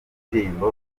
indirimbo